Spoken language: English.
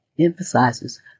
emphasizes